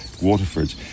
Waterford